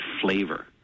flavor